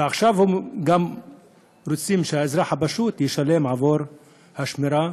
ועכשיו גם רוצים שהאזרח הפשוט ישלם עבור השמירה